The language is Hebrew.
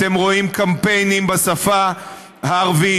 אתם רואים קמפיינים בשפה הערבית,